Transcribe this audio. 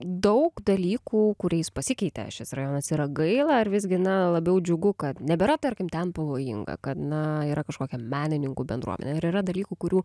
daug dalykų kuriais pasikeitė šis rajonas yra gaila ar visgi na labiau džiugu kad nebėra tarkim ten pavojinga kad na yra kažkokia menininkų bendruomenė ar yra dalykų kurių